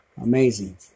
amazing